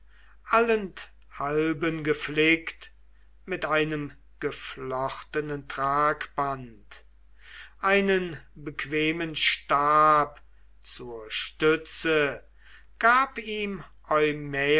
allenthalben geflickt mit einem geflochtenen tragband einen bequemen stab zur stütze gab ihm